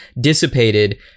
dissipated